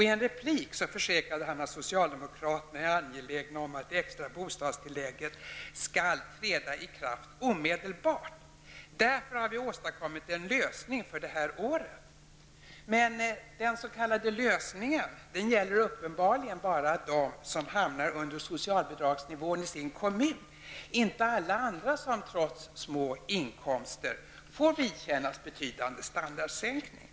I en replik försäkrade han att socialdemokraterna är angelägna om att det extra bostadstillägget ''skall träda i kraft omedelbart''. ''Därför har vi åstadkommit en lösning för det här året''. Men den ''lösningen'' gällde bara dem som hamnade under socialbidragsnivån i sin kommun, inte alla andra som trots små inkomster får vidkännas betydande standardsänkning.